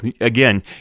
again